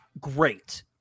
great